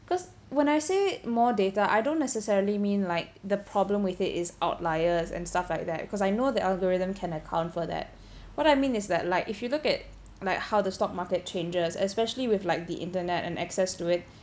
because when I say more data I don't necessarily mean like the problem with it is outliers and stuff like that because I know the algorithm can account for that what I mean is that like if you look at like how the stock market changes especially with like the internet and access to it